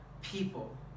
people